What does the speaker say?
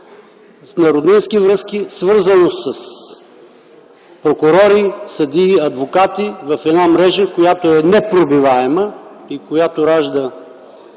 на роднински връзки, свързани с прокурори, съдии, адвокати в една мрежа, която е непробиваема и която ражда